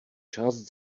část